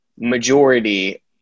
majority